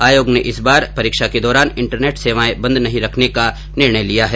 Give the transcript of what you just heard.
आयोग ने इस बार परीक्षा के दौरान इन्टरनेट सेवाएं बंद नहीं रखने का निर्णय लिया है